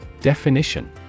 Definition